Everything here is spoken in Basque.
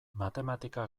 matematika